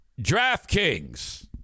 DraftKings